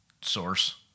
source